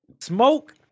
Smoke